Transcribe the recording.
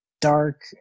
dark